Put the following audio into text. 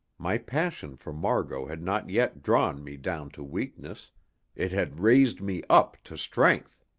my passion for margot had not yet drawn me down to weakness it had raised me up to strength.